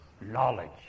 knowledge